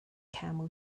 camel